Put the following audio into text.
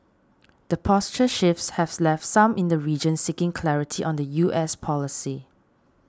the posture shifts have left some in the region seeking clarity on the U S policy